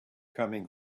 coming